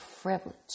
privilege